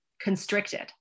constricted